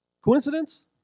Coincidence